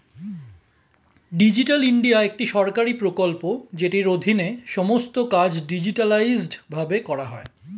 digital India একটি সরকারি প্রকল্প যেটির অধীনে সমস্ত কাজ ডিজিটালাইসড ভাবে করা হয়